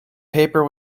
paper